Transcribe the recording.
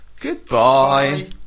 Goodbye